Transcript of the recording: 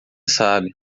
sabe